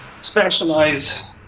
specialize